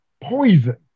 poison